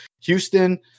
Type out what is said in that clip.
Houston